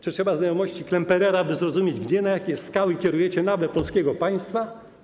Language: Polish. Czy trzeba znajomości Klemperera, by zrozumieć, na jakie skały kierujecie nawę polskiego państwa?